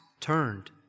turned